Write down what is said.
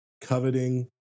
coveting